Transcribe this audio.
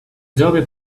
jove